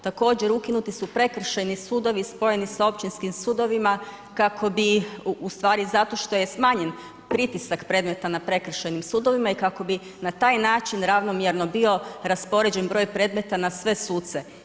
Također, ukinuti su prekršajni sudovi i spojeni sa općinskim sudovima, kako bi, u stvari, zato što je smanjen pritisak predmeta na prekršajnim sudovima i kako bi na taj način ravnomjerno bio raspoređen broj predmeta na sve suce.